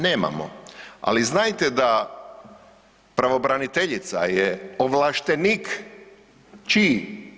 Nemamo, ali znajte da pravobraniteljica je ovlaštenik, čiji?